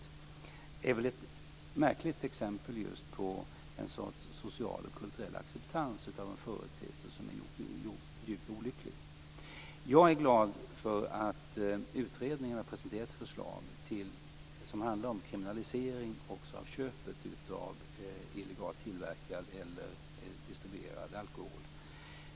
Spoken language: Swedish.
Det är ett märkligt exempel på en sorts social och kulturell acceptans av en företeelse som är djupt olycklig. Jag är glad för att utredningen har presenterat förslag som handlar om kriminalisering också av köpet av illegalt tillverkad eller distribuerad alkohol.